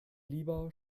lieber